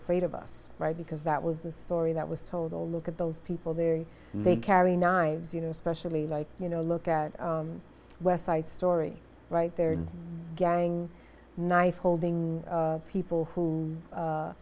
afraid of us right because that was the story that was told to look at those people there they carry knives you know especially like you know look at west side story right there gang knife holding people who